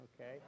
okay